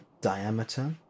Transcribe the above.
diameter